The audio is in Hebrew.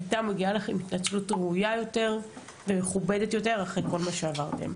הייתה מגיעה לכם התנצלות ראויה יותר ומכובדת יותר אחרי כל מה שעברתם.